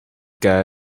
guy